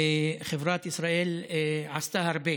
וחברת ישראייר עשתה הרבה